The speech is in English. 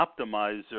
optimizer